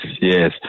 yes